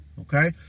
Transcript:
okay